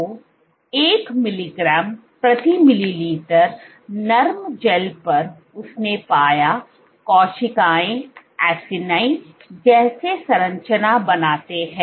तो 1 मिलीग्राम प्रति मिलीलीटर नरम जैल परउसने पाया कोशिकाएं एसिनी जैसे संरचना बनाते हैं